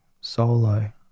solo